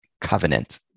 covenant